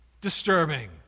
disturbing